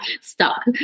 stuck